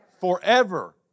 forever